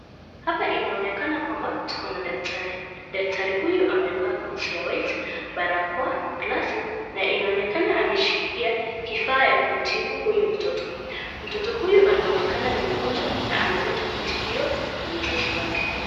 Hapa inaonekana kwamba tuko na daktari, daktari huyu amevaa koti ya white ,barakoa, glasses na inaonekana ameshikilia kifaa ya kumtibu huyu mtoto. Mtoto huyu anaonekana ni mgonjwa na ameletwa kutibiwa na mzazi wake.